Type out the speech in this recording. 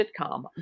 sitcom